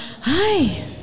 Hi